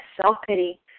self-pity